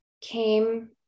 came